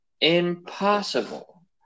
impossible